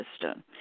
system